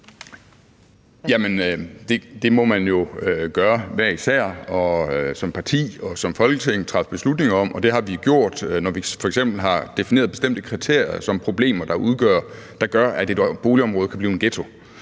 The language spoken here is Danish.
det må man jo gøre hver især, og det må man som parti og som Folketing træffe beslutninger om. Og det har vi gjort, når vi f.eks. har defineret bestemte kriterier som problemer, der gør, at et boligområde kan blive en ghetto.